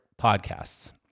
podcasts